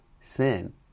sin